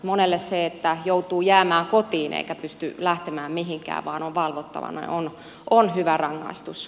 monelle se että joutuu jäämään kotiin eikä pysty lähtemään mihinkään vaan on valvottavana on hyvä rangaistus